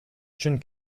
үчүн